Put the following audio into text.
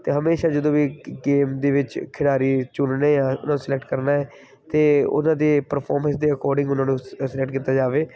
ਅਤੇ ਹਮੇਸ਼ਾ ਜਦੋਂ ਵੀ ਗੇਮ ਦੇ ਵਿੱਚ ਖਿਡਾਰੀ ਚੁਣਨੇ ਆ ਉਹਨਾਂ ਨੂੰ ਸਲੈਕਟ ਕਰਨਾ ਹੈ ਅਤੇ ਉਹਨਾਂ ਦੇ ਪਰਫੋਰਮੈਂਸ ਦੇ ਅਕੋਰਡਿੰਗ ਉਹਨਾਂ ਨੂੰ ਸ ਸਲੈਕਟ ਕੀਤਾ ਜਾਵੇ